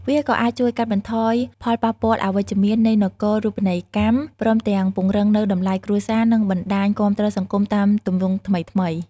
វាក៏អាចជួយកាត់បន្ថយផលប៉ះពាល់អវិជ្ជមាននៃនគរូបនីយកម្ម ព្រមទាំងពង្រឹងនូវតម្លៃគ្រួសារ និងបណ្ដាញគាំទ្រសង្គមតាមទម្រង់ថ្មីៗ។